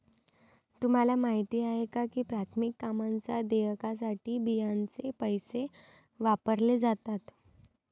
तुम्हाला माहिती आहे का की प्राथमिक कामांच्या देयकासाठी बियांचे पैसे वापरले जातात?